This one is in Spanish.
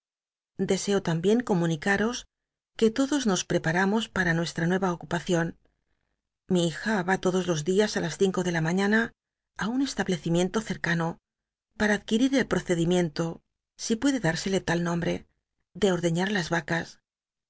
deseo tambien comunicaros que todos nos preparamos jxh i nuestra nueva ocupacion lli hija va todos los dias i las cinco de la mañana i un establecimiento cetcano para adquirir el procedimiento si puede dürsclc la nombre de ordeñar las vacas